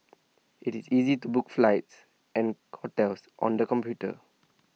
IT is easy to book flights and hotels on the computer